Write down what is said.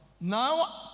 Now